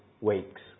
weeks